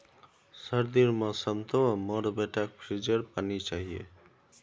सर्दीर मौसम तो मोर बेटाक फ्रिजेर पानी चाहिए